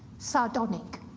sardonic,